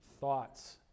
thoughts